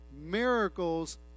miracles